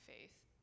faith